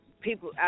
people